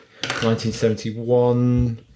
1971